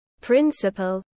principle